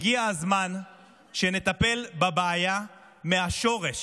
הגיע הזמן שנטפל בבעיה מהשורש: